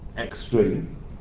extreme